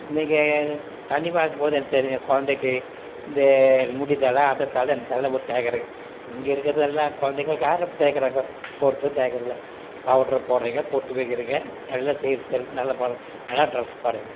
நீங்கள் தண்ணி வார்க்கும்போது என்ன செய்வீங்க குழந்தைக்கி இந்த முடி தழை அந்த தழை இந்த தழைல போட்டு தேய்க்கிறீங்க இங்கே இருக்கிறது எல்லாம் குழந்தைகளுக்கும் யாரும் இப்போ தேய்க்கிறாங்கோ ஒருத்தரும் தேய்க்கிறது இல்லை பவுட்ரை போடுகிறீங்க பொட்டு வைக்கிறீங்க நல்ல சீர் சிறப்பு நல்லா டிரஸ் பண்ணுறீங்க